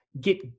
get